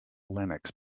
linux